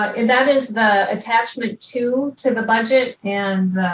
and that is the attachment two to the budget. and